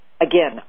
Again